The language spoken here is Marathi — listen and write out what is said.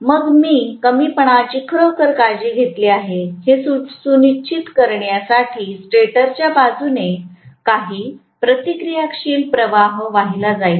मग मी कमीपणाची खरोखर काळजी घेतली आहे हे सुनिश्चित करण्यासाठी स्टेटरच्या बाजूने काही प्रतिक्रियाशील प्रवाह वाहिला जाईल